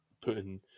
putting